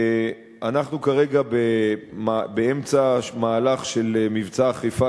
אנחנו כרגע באמצע מהלך של מבצע אכיפה